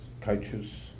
coaches